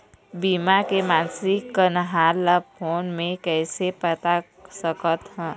बीमा के मासिक कन्हार ला फ़ोन मे कइसे पता सकत ह?